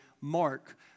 mark